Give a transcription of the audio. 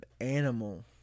animal